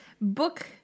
book